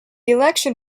election